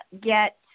get